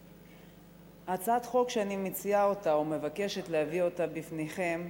הצעת החוק שאני מציעה ומבקשת להביא בפניכם,